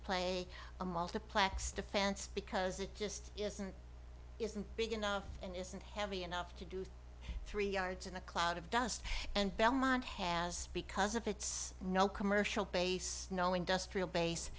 play a multiplex defense because it just isn't isn't big enough and isn't heavy enough to do three yards in a cloud of dust and belmont has because of its no commercial base knowing dust real base